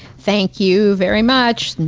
thank you very much!